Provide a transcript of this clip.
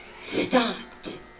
stopped